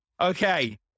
okay